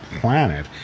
planet